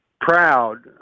proud